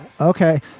Okay